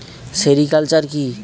Sericulture কি?